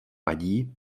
vadí